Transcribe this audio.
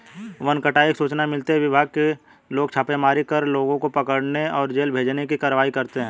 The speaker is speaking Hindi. वन कटाई की सूचना मिलते ही विभाग के लोग छापेमारी कर लोगों को पकड़े और जेल भेजने की कारवाई करते है